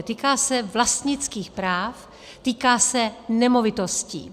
Týká se vlastnických práv, týká se nemovitostí.